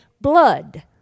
blood